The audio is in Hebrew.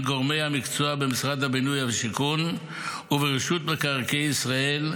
גורמי המקצוע במשרד הבינוי והשיכון וברשות מקרקעי ישראל,